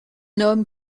homme